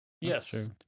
Yes